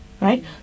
right